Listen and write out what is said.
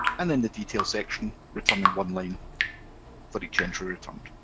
and then the detail section returning one line for each entry returned.